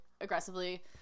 aggressively